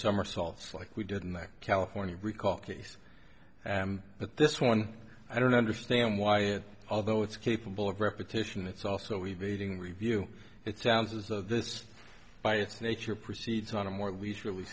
somersaults like we did in the california recall case but this one i don't understand why it although it's capable of repetition it's also evading review it sounds as though this by its nature proceeds on a more leisurely